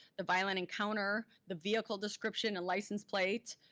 the violent encounter, the vehicle description and license plate,